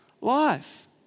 life